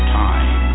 time